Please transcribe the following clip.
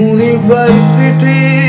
University